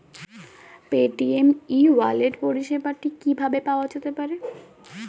Paytm e wallet পরিষেবাটি কিভাবে পাওয়া যেতে পারে?